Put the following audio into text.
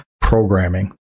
programming